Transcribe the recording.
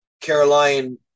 Caroline